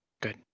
Good